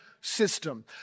system